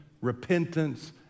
repentance